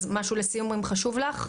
משהו לסיום, שחשוב לך?